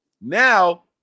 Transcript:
Now